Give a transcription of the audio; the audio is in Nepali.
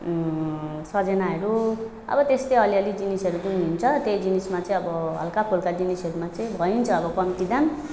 सजनाहरू अब त्यस्तै अलिअलि जिनिसहरू पनि हुन्छ त्यही जिनिसमा चाहिँ अब हल्काफुल्का जिनिसहरूमा चाहिँ भइन्छ अब कम्ती दाम